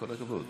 כל הכבוד.